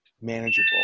manageable